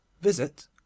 visit